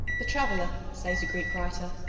the traveller, says a greek writer,